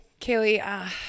Kaylee